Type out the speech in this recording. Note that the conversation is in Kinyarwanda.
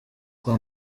kwa